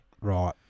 Right